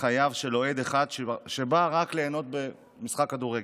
חייו של אוהד אחד שרק בא ליהנות במשחק כדורגל.